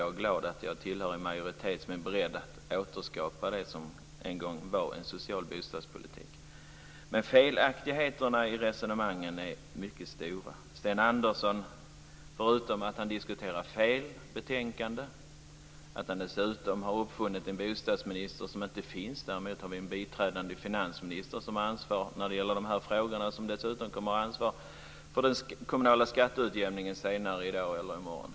Jag är glad att jag tillhör en majoritet som är beredd att återskapa det som en gång var en social bostadspolitik. Felaktigheterna i resonemangen är mycket stora. Förutom att Sten Andersson diskuterar fel betänkande har han dessutom uppfunnit en bostadsminister som inte finns. Däremot har vi en biträdande finansminister som har ansvar för de här frågorna. Dessutom har han ansvar för den kommunala skatteutjämningen som kommer att debatteras senare i dag eller i morgon.